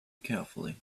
carefully